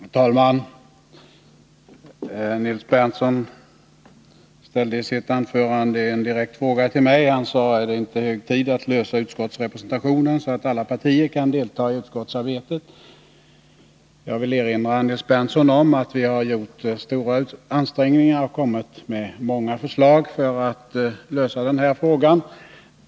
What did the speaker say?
Herr talman! Nils Berndtson ställde i sitt anförande en direkt fråga till mig. Han sade: Är det inte hög tid att lösa frågan om utskottsrepresentationen, så att alla partier kan delta i utskottsarbetet? Jag vill erinra Nils Berndtson om Nr 145 att vi har gjort stora ansträngningar och kommit med många förslag för att Onsdagen den lösa denna fråga.